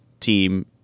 team